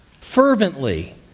fervently